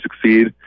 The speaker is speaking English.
succeed